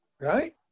right